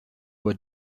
were